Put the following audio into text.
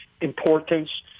importance